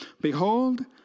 Behold